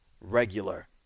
regular